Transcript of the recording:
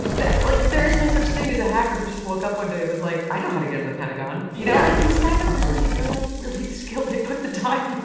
that, like, there is no such thing as a hacker who just woke up one day and was like, i know how to get into the pentagon. you know? like, these guys are really, they're like really skilled. they put the time